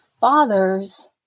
father's